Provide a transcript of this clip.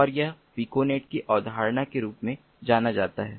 और यह पिकोनेट की अवधारणा के रूप में जाना जाता है